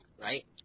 right